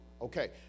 okay